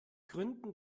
gründen